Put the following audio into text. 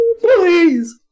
Please